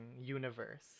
universe